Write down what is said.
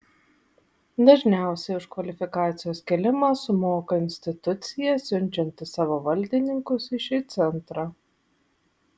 dažniausiai už kvalifikacijos kėlimą sumoka institucija siunčianti savo valdininkus į šį centrą